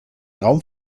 raum